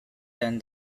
than